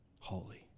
holy